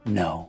no